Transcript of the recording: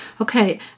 Okay